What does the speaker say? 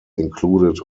included